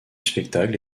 spectacle